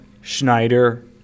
Schneider